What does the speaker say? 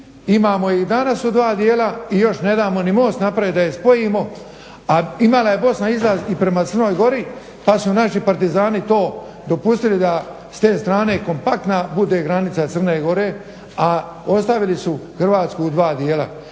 imamo i danas u dva dijela i još ne damo ni most napravit da ih spojimo, a imala je Bosna izlaz i prema Crnoj Gori pa su naši partizani to dopustili da s te strane kompaktna bude granica Crne Gore, a ostavili su Hrvatsku u dva dijela.